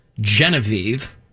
Genevieve